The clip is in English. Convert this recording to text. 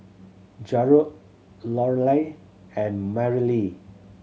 Jarod Lorelei and Merrilee